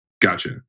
Gotcha